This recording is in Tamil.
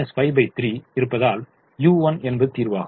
Y1 என்பது 0 வாக இருப்பதால் u1 என்பது தீர்வாகும்